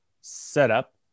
setup